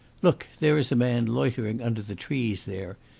look, there is a man loitering under the trees there.